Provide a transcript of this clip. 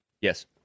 Yes